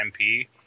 MP